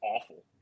awful